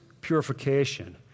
purification